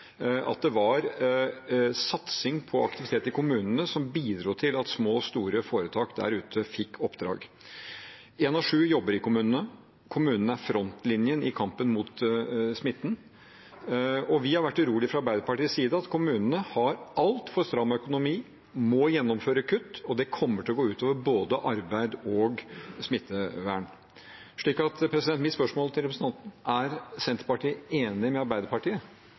at det var satsing på aktivitet i kommunene som bidro til at små og store foretak der ute fikk oppdrag. En av sju jobber i en kommune. Kommunene er frontlinjen i kampen mot smitten, og fra Arbeiderpartiets side har vi vært urolige for at kommunene har altfor stram økonomi og må gjennomføre kutt. Det kommer til å gå ut over både arbeid og smittevern. Mitt spørsmål til representanten er om Senterpartiet er enig med Arbeiderpartiet